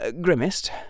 grimaced